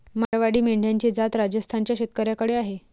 मारवाडी मेंढ्यांची जात राजस्थान च्या शेतकऱ्याकडे आहे